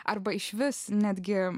arba išvis netgi